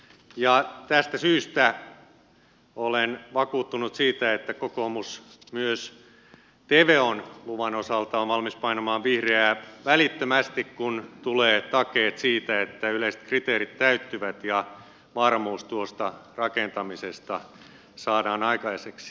tästä syystä olen vakuuttunut siitä että kokoomus myös tvon luvan osalta on valmis painamaan vihreää välittömästi kun tulee takeet siitä että yleiset kriteerit täyttyvät ja varmuus tuosta rakentamisesta saadaan aikaiseksi